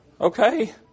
Okay